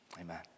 Amen